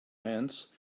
hands